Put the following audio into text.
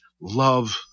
love